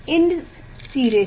इस सिरे से